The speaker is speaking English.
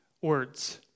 words